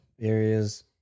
areas